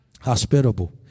Hospitable